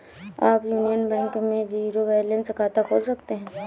आप Union Bank में zero balance खाता खोल सकते हैं